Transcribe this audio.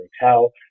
Hotel